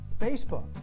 Facebook